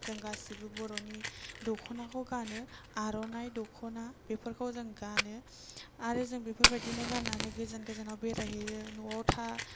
जों गासिबो बर'नि दख'नाखौ गानो आर'नाइ दख'ना बेफोरखौ जों गानो आरो जों बेफोरबायदिनो गाननानै गोजान गोजानाव बेरायहैयो न'आव था